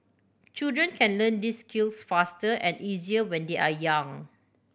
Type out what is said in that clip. children can learn these skills faster and easier when they are young